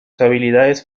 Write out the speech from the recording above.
habilidades